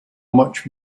much